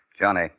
Johnny